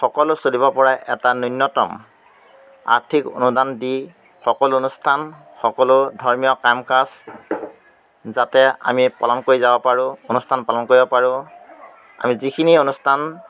সকলো চলিব পৰাই এটা ন্যূনতম আৰ্থিক অনুদান দি সকলো অনুষ্ঠান সকলো ধৰ্মীয় কাম কাজ যাতে আমি পালন কৰি যাব পাৰোঁ অনুষ্ঠান পালন কৰিব পাৰোঁ আমি যিখিনি অনুষ্ঠান